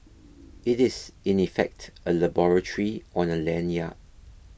it is in effect a laboratory on a lanyard